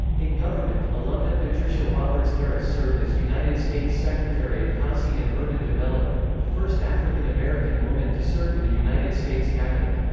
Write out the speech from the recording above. in government, alumna patricia roberts harris served as united states secretary of housing and urban development, the first african american woman to serve in the united states cabinet.